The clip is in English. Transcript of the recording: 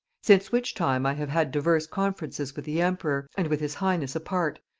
since which time i have had diverse conferences with the emperor, and with his highness apart,